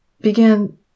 began